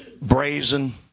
brazen